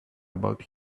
about